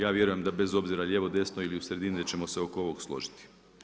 Ja vjerujem da bez obzira lijevo, desno ili u sredini da ćemo se oko ovog složiti.